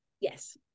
Yes